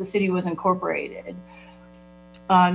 the city was incorporated